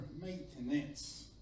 maintenance